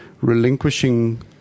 relinquishing